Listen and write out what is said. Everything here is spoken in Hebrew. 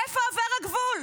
איפה עובר הגבול?